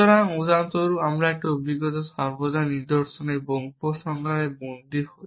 সুতরাং উদাহরণস্বরূপ একটি অভিজ্ঞতায় সর্বদা নিদর্শন এবং উপসংহারে বন্দী হয়